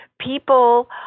people